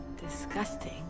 disgusting